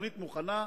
התוכנית מוכנה,